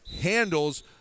handles